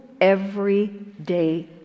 everyday